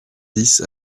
dix